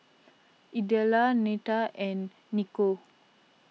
Idella Neta and Niko